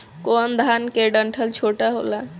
कौन धान के डंठल छोटा होला?